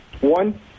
one